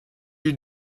you